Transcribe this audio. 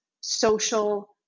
social